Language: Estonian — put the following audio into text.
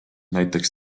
näiteks